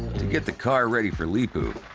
to get the car ready for leepu,